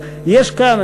אז יש כאן,